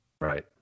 Right